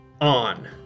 on